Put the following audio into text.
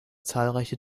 zahlreiche